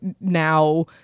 now